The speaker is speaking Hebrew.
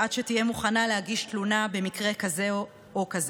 עד שתהיה מוכנה להגיש תלונה במקרה כזה או כזה.